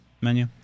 menu